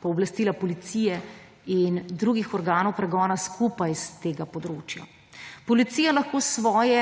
pooblastila Policije in drugih organov pregona skupaj s tega področja. Policija lahko svoje